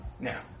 now